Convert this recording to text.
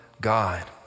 God